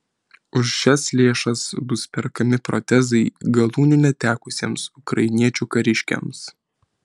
už šias lėšas bus perkami protezai galūnių netekusiems ukrainiečių kariškiams